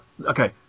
okay